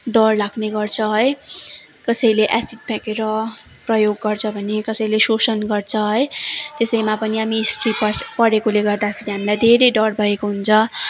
डर लाग्ने गर्छ है कसैले एसिड फ्याँकेर प्रयोग गर्छ भने कसैले शोषण गर्छ है त्यसैमा पनि हामी स्त्री परेकोले गर्दाफेरि हामीलाई धेरै डर भएको हुन्छ